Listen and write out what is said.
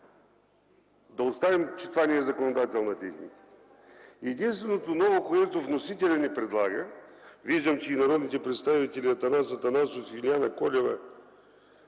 Да оставим, че това не е законодателна техника. Единственото ново, което вносителят ни предлага – виждам, че и народните представители Анастас Анастасов, Юлиана Колева,